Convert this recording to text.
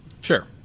Sure